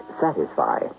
satisfy